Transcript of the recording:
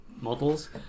models